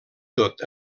tot